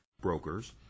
Brokers